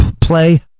play